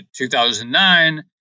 2009